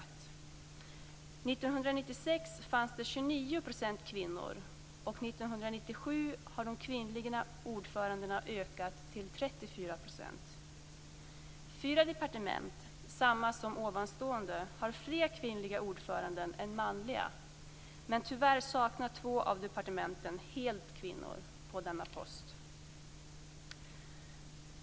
År 1996 fanns det 29 % kvinnor. År 1997 har de kvinnliga ordförandena ökat till 34 %. Fyra departement, samma som tidigare, har fler kvinnliga ordföranden än manliga. Tyvärr saknar två av departementen helt kvinnor på denna post.